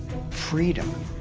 freedom,